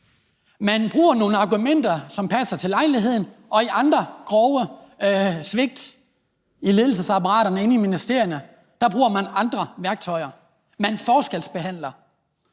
Man bruger nogle argumenter, som passer til lejligheden, og i andre grove svigt i ledelsesapparatet inde i ministerierne bruger man andre værktøjer. Man forskelsbehandler.